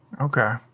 Okay